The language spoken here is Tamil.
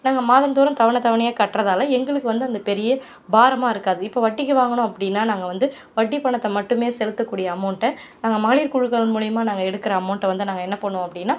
நாங்கள் மாதம் தோறும் தவணை தவணையாக கட்டுறதால எங்களுக்கு வந்து அந்த பெரிய பாரமாக இருக்காது இப்போ வட்டிக்கு வாங்கணும் அப்படின்னா நாங்கள் வந்து வட்டி பணத்தை மட்டுமே செலுத்தக்கூடிய அமௌண்ட் நாங்கள் மகளிர் குழுக்கள் மூலிமா நாங்கள் எடுக்கிற அமௌண்ட் வந்து நாங்கள் என்ன பண்ணுவோம் அப்படின்னா